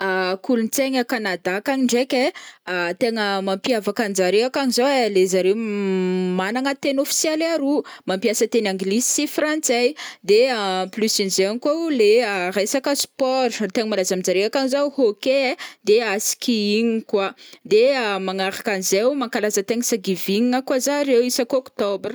Kolontsaigna Kanada akagny ndraiky ai, tegna mampiavaka anjareo akagny zao ai, le zareo m anagna teny ofisialy aroa, mampiasa teny anglisy sy frantsay, de en plus nizegny koao le resaka sport tegna malaza aminjare akagny zao Hokey ai, de Skiing koa, de magnaraka anizeo mankalaza thanks giving koa zareo isaky oktobra.